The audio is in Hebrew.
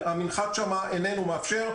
המנחת שם איננו מאפשר.